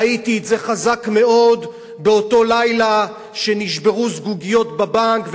ראיתי את זה חזק מאוד באותו לילה שנשברו זגוגיות בבנק,